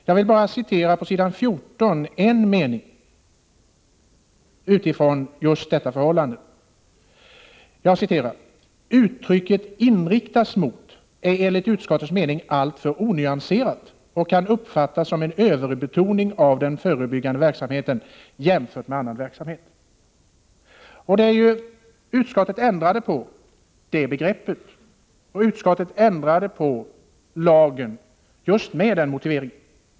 Jag vill utifrån just detta förhållande citera en mening på s. 14 i betänkandet: ”Uttrycket "inriktas mot” är enligt utskottets mening alltför onyanserat och kan uppfattas som en överbetoning av den förebyggande verksamheten Utskottet ändrade på begreppet ”inriktas mot”, och utskottet ändrade på lagen med just den motiveringen.